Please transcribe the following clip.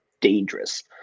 dangerous